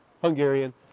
Hungarian